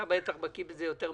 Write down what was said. אתה בטח בקי בזה יותר ממני,